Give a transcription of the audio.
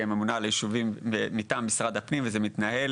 הממונה על היישובים מטעם משרד הפנים וזה מתנהל